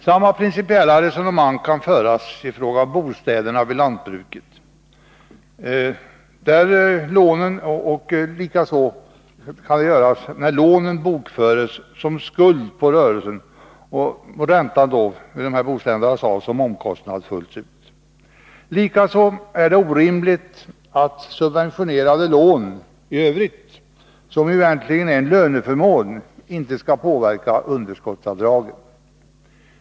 Samma principiella resonemang kan föras i fråga om bostäderna vid lantbruket, där lånen bokförs såsom skuld i rörelsen och räntan dras av som omkostnad fullt ut. Likaså är det orimligt att subventionerade lån i övrigt, som ju egentligen är en löneförmån, inte skulle påverka underskottsavdragen.